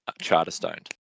Charterstone